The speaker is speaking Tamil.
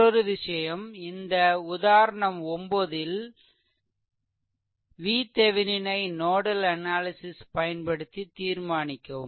மற்றொரு விஷயம் இந்த உதாரணம் 9 ல் VThevenin ஐ நோடல் அனாலிசிஸ் பயன்படுத்தி தீர்மானிக்கவும்